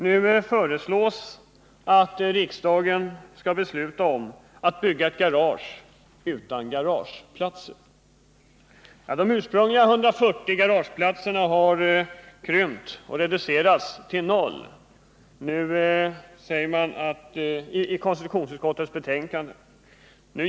«Nu föreslås att riksdagen skall besluta om att bygga ett garage utan garageplatser. De ursprungliga planerna på 140 garageplatser har reducerats till noll i konstitutionsutskottets betänkande.